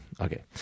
okay